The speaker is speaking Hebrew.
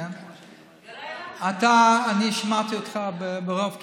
אני שמעתי אותך ברוב קשב.